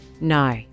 No